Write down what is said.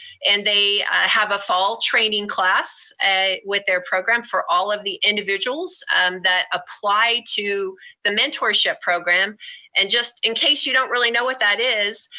and they have a fall training class with their program for all of the individuals that apply to the mentorship program and just in case you don't really know what that is,